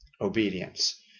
obedience